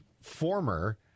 former